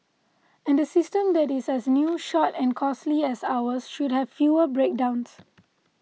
and a system that is as new short and costly as ours should have fewer breakdowns